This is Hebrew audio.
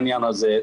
העניין הזה.